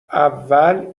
اول